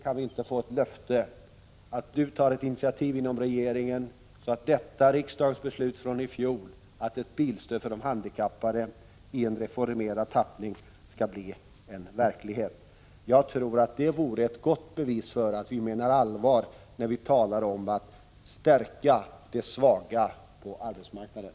Kan vi inte få ett konkret löfte om initiativ inom regeringen, så att detta riksdagsbeslut från i fjol om att ett bilstöd för handikappade i en reformerad tappning kan bli verklighet? Jag tror att det vore ett gott bevis för att man menar allvar när man pratar om att stärka de svaga på arbetsmarknaden.